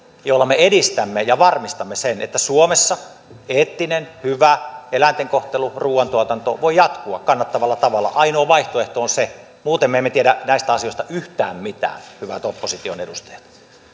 joilla me edistämme ja varmistamme sen että suomessa eettinen hyvä eläinten kohtelu ruuantuotanto voi jatkua kannattavalla tavalla ainoa vaihtoehto on se muuten me emme tiedä näistä asioista yhtään mitään hyvät opposition edustajat